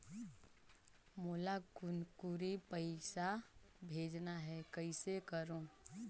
मोला कुनकुरी पइसा भेजना हैं, कइसे करो?